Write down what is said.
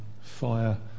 fire